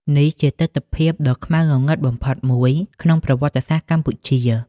នេះជាទិដ្ឋភាពដ៏ខ្មៅងងឹតបំផុតមួយក្នុងប្រវត្តិសាស្ត្រកម្ពុជា។